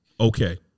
Okay